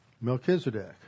Melchizedek